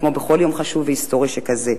כמו בכל יום חשוב והיסטורי שכזה.